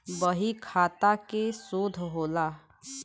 बहीखाता के शोध होला